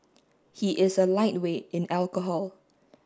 he is a lightweight in alcohol